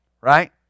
right